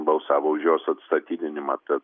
balsavo už jos atstatydinimą tad